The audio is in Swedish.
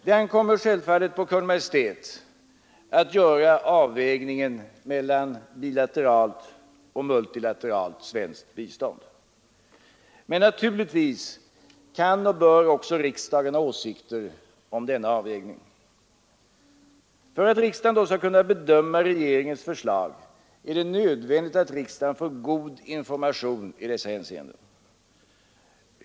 Det ankommer självfallet på Kungl. Maj:t att göra avvägningen mellan bilateralt och multilateralt svenskt bistånd. Men naturligtvis kan och bör också riksdagen ha åsikter om denna avvägning. För att riksdagen då skall kunna bedöma regeringens förslag är det nödvändigt att riksdagen får god information i dessa hänseenden.